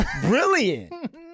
brilliant